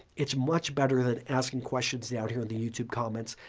it's much better than asking questions down here at the youtube comments.